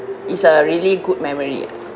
it's a really good memory